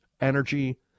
energy